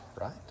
right